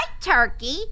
turkey